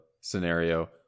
scenario